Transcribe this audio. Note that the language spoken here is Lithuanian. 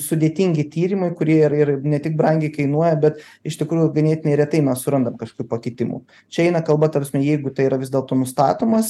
sudėtingi tyrimai kurie ir ir ne tik brangiai kainuoja bet iš tikrųjų ganėtinai retai mes surandam kažkokių pakitimų čia eina kalba ta prasme jeigu tai yra vis dėlto nustatomas